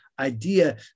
idea